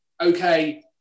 okay